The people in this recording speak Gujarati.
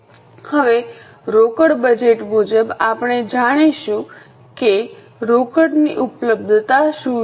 હવે રોકડ બજેટ મુજબ આપણે જાણીશું કે રોકડની ઉપલબ્ધતા શું છે